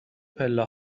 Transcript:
پله